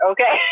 Okay